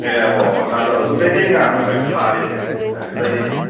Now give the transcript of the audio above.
ꯑꯦ ꯍꯣꯏꯍꯣꯏ ꯉꯥ ꯑꯗꯨ ꯀꯔꯤ ꯀꯔꯤ ꯉꯥꯅꯣ ꯅꯣꯏ ꯐꯥꯔꯤꯁꯦ ꯍꯥꯏꯗꯤ ꯂꯩꯔꯤꯁꯦ